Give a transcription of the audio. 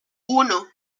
uno